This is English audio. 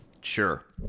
Sure